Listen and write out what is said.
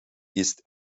ist